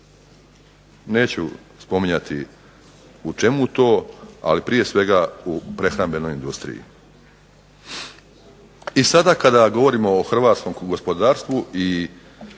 Neću spominjati u čemu to, ali prije svega u prehrambenoj industriji. I sada kada govorimo o hrvatskom gospodarstvu i